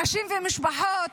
אנשים ומשפחות,